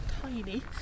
tiny